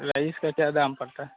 rice का क्या दाम पड़ता है